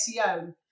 SEO